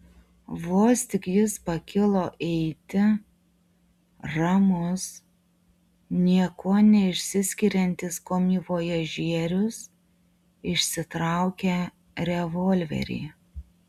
vos tik jis pakilo eiti ramus niekuo neišsiskiriantis komivojažierius išsitraukė revolverį